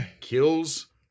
Kills